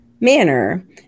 manner